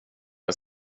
att